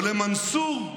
בלון ירוק ולמנסור,